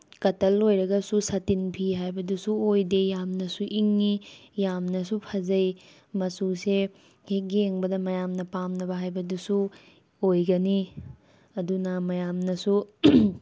cotton ꯑꯣꯏꯔꯒꯁꯨ satin ꯐꯤ ꯍꯥꯏꯕꯗꯨꯁꯨ ꯑꯣꯏꯗꯦ ꯌꯥꯝꯅꯁꯨ ꯏꯪꯉꯤ ꯌꯥꯝꯅꯁꯨ ꯐꯖꯩ ꯃꯆꯨꯁꯦ ꯍꯦꯛ ꯌꯦꯡꯕꯗ ꯃꯌꯥꯝꯅ ꯄꯥꯝꯅꯕ ꯍꯥꯏꯕꯗꯨꯁꯨ ꯑꯣꯏꯒꯅꯤ ꯑꯗꯨꯅ ꯃꯌꯥꯝꯅꯁꯨ